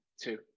two